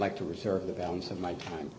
like to reserve the balance of my time